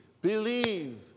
believe